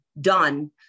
done